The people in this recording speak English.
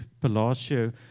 Palacio